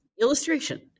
illustration